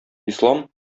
ислам